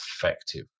effective